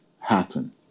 happen